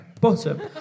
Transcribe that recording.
bottom